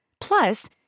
Plus